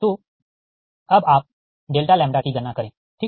तो अब आप की गणना करें ठीक